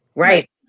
Right